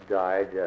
died